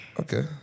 Okay